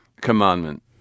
commandment